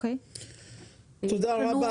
תודה.